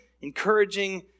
encouraging